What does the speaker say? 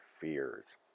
fears